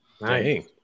Nice